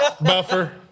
buffer